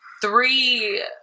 Three